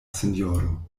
sinjoro